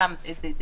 אתה